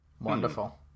wonderful